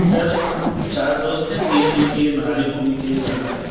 سر ہم چار دوست ہیں تین دن کے لیے منالی گھومنے کے لیے جانا ہے